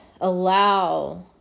allow